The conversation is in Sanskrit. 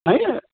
ह